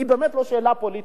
היא באמת לא שאלה פוליטית,